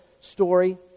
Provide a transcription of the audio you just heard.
story